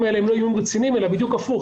האלה הם לא איומים רציניים אלא בדיוק הפוך,